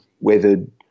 weathered